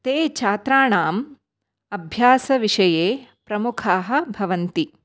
ते छात्राणाम् अभ्यासविषये प्रमुखाः भवन्ति